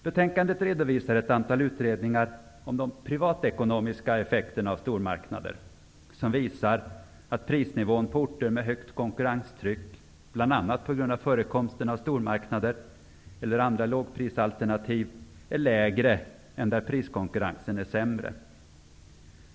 Betänkandet redovisar ett antal utredningar om de privatekonomiska effekterna av stormarknader. Dessa visar att prisnivån på orter med högt konkurrenstryck -- bl.a. på grund av förekomsten av stormarknader eller andra lågprisalternativ -- är lägre än på orter där priskonkurrensen är sämre.